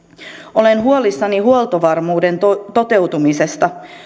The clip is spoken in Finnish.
olen huolissani huoltovarmuuden toteutumisesta